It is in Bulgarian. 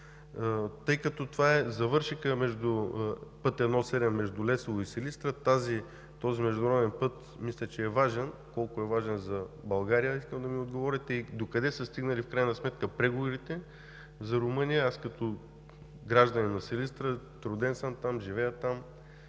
Тъй като това е завършекът на път I-7 – между Лесово и Силистра, този международен път е важен. Колко е важен за България, искам да ми отговорите, и докъде са стигнали в крайна сметка преговорите за Румъния? Аз съм гражданин на Силистра – роден съм там, живея там.